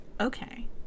Okay